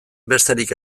besterik